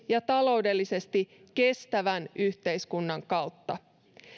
ja taloudellisesti kestävän yhteiskunnan kautta